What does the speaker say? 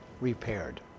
repaired